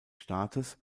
staates